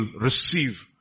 receive